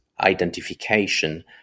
identification